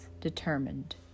determined